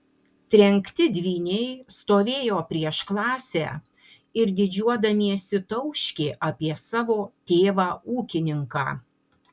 trenkti dvyniai stovėjo prieš klasę ir didžiuodamiesi tauškė apie savo tėvą ūkininką